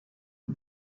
the